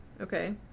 Okay